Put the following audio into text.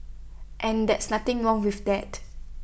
and that's nothing wrong with that